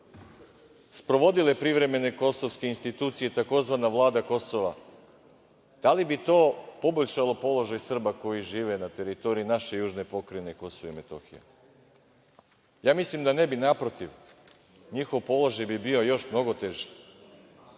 sprovodile privremene Kosovske institucije, tzv. Vlada Kosova, da li bi to poboljšalo položaj Srba koji žive na teritoriji naše južne pokrajine Kosovo i Metohija? Ja mislim da ne bi, naprotiv, njihov položaj bi bio još mnogo teži.